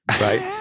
Right